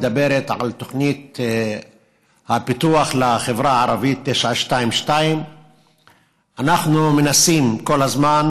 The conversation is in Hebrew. מדברת על תוכנית הפיתוח לחברה הערבית 922. אנחנו מנסים כל הזמן